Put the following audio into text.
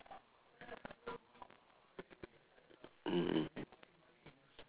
mmhmm